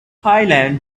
thailand